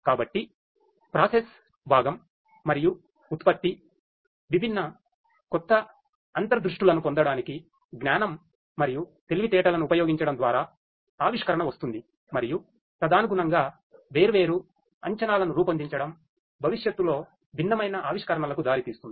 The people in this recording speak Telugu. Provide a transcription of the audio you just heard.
కాబట్టి ప్రాసెస్ భాగం మరియు ఉత్పత్తివిభిన్న కొత్త అంతర్దృష్టులను పొందటానికి జ్ఞానం మరియు తెలివితేటలను ఉపయోగించడం ద్వారా ఆవిష్కరణ వస్తుంది మరియు తదనుగుణంగా వేర్వేరు అంచనాలను రూపొందించడం భవిష్యత్తులో భిన్నమైన ఆవిష్కరణలకు దారితీస్తుంది